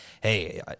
hey